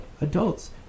Adults